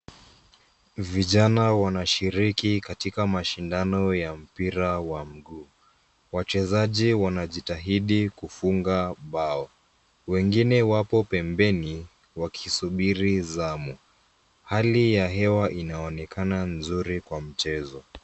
Vijana wanashiriki katika mashindano ya mpira wa mguu. Wachezaji wanajitahidi kufunga bao .Wengine wapo pembeni wakisubiri zamu. Hali ya hewa inaonekana nzuri kwa mchezo.